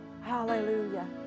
hallelujah